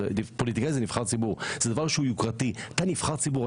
שזה דבר יוקרתי ואתה נבחר ציבור,